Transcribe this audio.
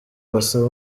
basaba